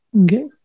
Okay